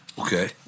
Okay